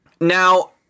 Now